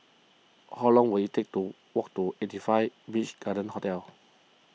how long will it take to walk to eighty five Beach Garden Hotel